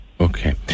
Okay